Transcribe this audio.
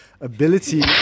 ability